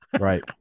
right